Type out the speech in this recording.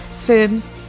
firms